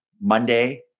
Monday